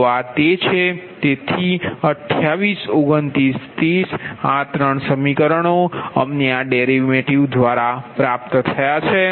તો આ તે છે તેથી 28 29 30 આ ત્રણ સમીકરણો અમને આ ડેરિવેટિવ માંથી મળ્યાં છે